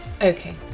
Okay